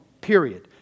Period